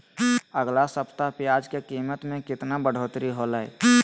अगला सप्ताह प्याज के कीमत में कितना बढ़ोतरी होलाय?